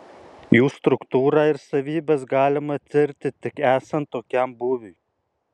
jų struktūrą ir savybes galima tirti tik esant tokiam būviui